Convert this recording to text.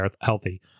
healthy